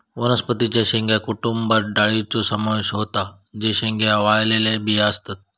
वनस्पतीं च्या शेंगा कुटुंबात डाळींचो समावेश होता जे शेंगांच्या वाळलेल्या बिया असतत